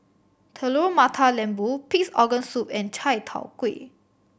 Telur Mata Lembu Pig's Organ Soup and Chai Tow Kuay